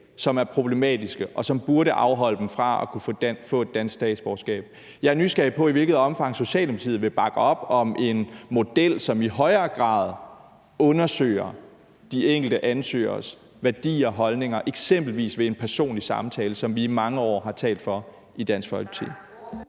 som er problematiske, og som burde afholde dem fra at kunne få et dansk statsborgerskab. Jeg er nysgerrig på, i hvilket omfang Socialdemokratiet vil bakke op om en model, som i højere grad undersøger de enkelte ansøgeres værdier og holdninger, eksempelvis ved en personlig samtale, hvilket vi i mange år har talt for i Dansk Folkeparti.